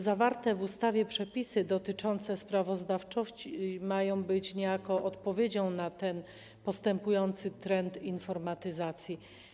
Zawarte w ustawie przepisy dotyczące sprawozdawczości mają być niejako odpowiedzią na ten postępujący trend informatyzacji.